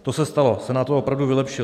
To se stalo, Senát to opravdu vylepšil.